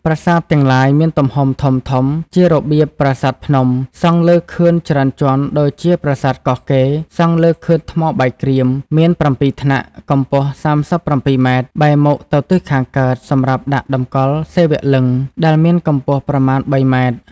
ប្រាសាទទាំងឡាយមានទំហំធំៗ ជារបៀបប្រសាទភ្នំ សង់លើខឿនច្រើនជាន់ដូចជាប្រាសាទកោះកេរ សង់លើខឿនថ្មបាយក្រៀម មាន៧ថ្នាក់ កម្ពស់ ៣៧ ម៉ែត្រ បែរមុខទៅទិសខាងកើត សម្រាប់ដាក់តម្កល់សិវលិង្គដែលមានកម្ពស់ប្រមាណ ៣ ម៉ែត្រ ។